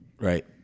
right